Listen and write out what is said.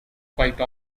quite